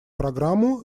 программу